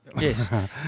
Yes